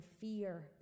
fear